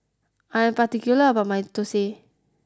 I am particular about my Thosai